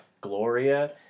Gloria